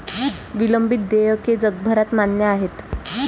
विलंबित देयके जगभरात मान्य आहेत